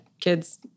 kids